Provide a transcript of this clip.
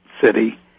city